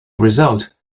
result